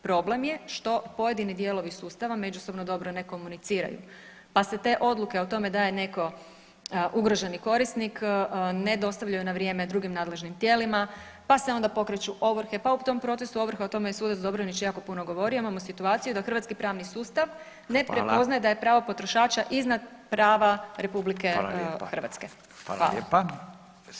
Problem je što pojedini dijelovi sustava međusobno dobro ne komuniciraju pa se te odluke o tome da je netko ugroženi korisnik ne dostavljaju na vrijeme drugim nadležnim tijelima, pa se onda pokreću ovrhe, pa u tom procesu ovrhe, o tome je sudac Dobronić jako puno govorio, imamo situaciju da hrvatski pravni sustav ne prepoznaje da je pravo potrošača iznad prava RH.